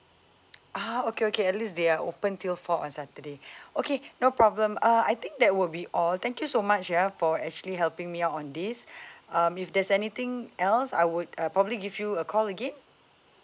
ah okay okay at least they are open till four on saturday okay no problem uh I think that will be all thank you so much ya for actually helping me out on this um if there's anything else I would uh probably give you a call again